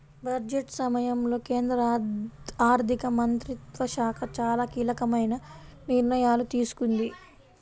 budget సమయంలో కేంద్ర ఆర్థిక మంత్రిత్వ శాఖ చాలా కీలకమైన నిర్ణయాలు తీసుకుంది